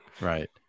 Right